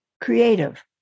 creative